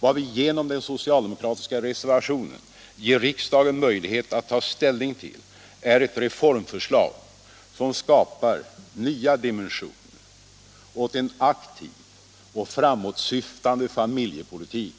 Vad vi genom den socialdemokratiska reservationen ger riksdagen möjlighet att ta ställning till är ett reformförslag som skapar nya dimensioner åt en aktiv och framåtsyftande familjepolitik